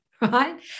Right